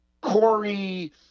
Corey